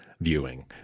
viewing